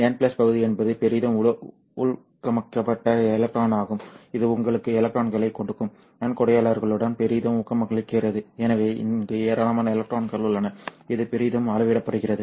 n பகுதி என்பது பெரிதும் ஊக்கமளிக்கப்பட்ட எலக்ட்ரானாகும் இது உங்களுக்கு எலக்ட்ரான்களைக் கொடுக்கும் நன்கொடையாளர்களுடன் பெரிதும் ஊக்கமளிக்கிறது எனவே இங்கு ஏராளமான எலக்ட்ரான்கள் உள்ளன இது பெரிதும் அளவிடப்படுகிறது